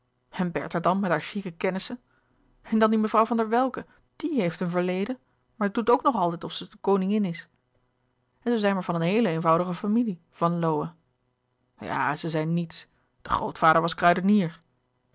en bertha dan met haar chique kennissen en dan die mevrouw van der welcke die heeft een verleden maar doet ook nog altijd alsof ze de koningin is en ze zijn maar van een heel eenvoudige familie van lowe ja ze zijn niets de grootvader was kruidenier